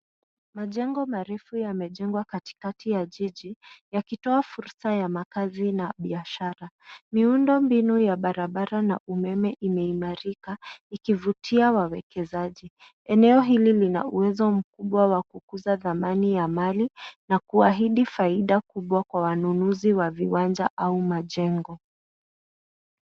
Majengo marefu yamejengwa katikati ya jiji yakitoa fursa ya makazi na biashara. Miundombinu ya barabara na umeme imeimarika ikivutia wawekezaji. Eneo hili lina uwezo mkubwa wa kukuza thamani ya mali na kuahidi faida kubwa kwa wanunuzi wa viwanja au majengo.